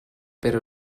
però